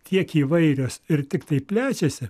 tiek įvairios ir tiktai plečiasi